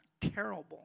terrible